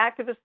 activists